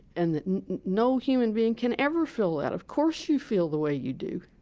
and that no human being can ever fill that. of course you feel the way you do.